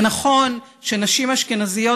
ונכון שנשים אשכנזיות,